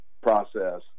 process